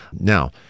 now